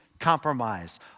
Compromise